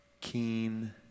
keen